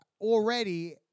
already